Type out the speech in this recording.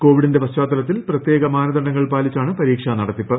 കോവിഡിന്റെ പശ്ചാത്തലത്തിൽ പ്രത്യേക മാനദണ്ഡങ്ങൾ പാലിച്ചാണ് പരീക്ഷാ നടത്തിപ്പ്